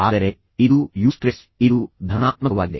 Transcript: ಆದರೆ ಇದು ಯೂಸ್ಟ್ರೆಸ್ ಇದು ಧನಾತ್ಮಕವಾಗಿದೆ